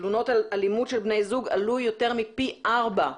תלונות על אלימות של בני זוג עלו יותר מפי ארבע.